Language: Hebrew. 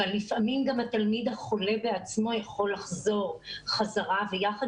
אבל לפעמים גם התלמיד החולה בעצמו יכול לחזור חזרה ויחד